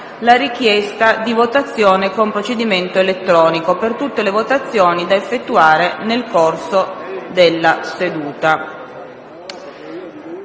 la richiesta di votazione con procedimento elettronico per tutte le votazioni da effettuare nel corso della seduta.